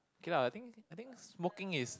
okay lah I think I think smoking is